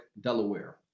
Delaware